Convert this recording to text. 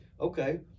okay